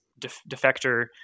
defector